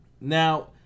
Now